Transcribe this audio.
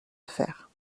affaire